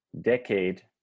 decade